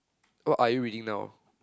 what are you reading now